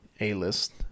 a-list